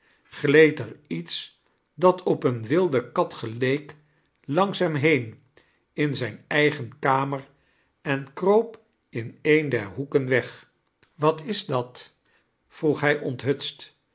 gleed er iets dat op een wilde kat geleek iangs hem heem in zijn eigen kamer en kroop in ean der hoeken'weg wat is dat vroeg hij onthutst